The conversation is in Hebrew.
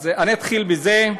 אז אני אתחיל בזה.